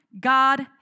God